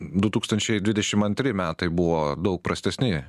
du tūkstančiai dvidešimt antri metai buvo daug prastesni